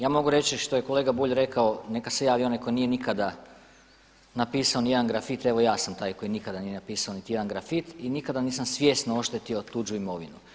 Ja mogu reći što je kolega Bulj rekao neka se javi onaj tko nije nikada napisao ni jedan grafit, evo ja sam taj koji nikada nije napisao niti jedan grafit i nikada nisam svjesno oštetio tuđu imovinu.